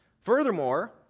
Furthermore